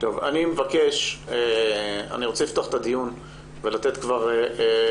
אני רוצה לפתוח את הדיון ולתת לדוברות